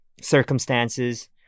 circumstances